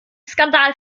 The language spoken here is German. skandal